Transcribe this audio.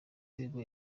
rwego